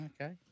Okay